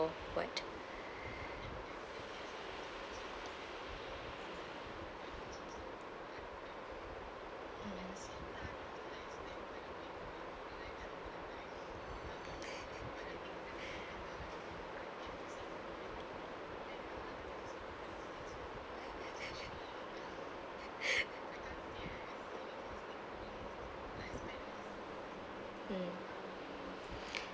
what mm